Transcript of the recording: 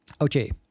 Okay